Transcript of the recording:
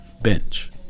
bench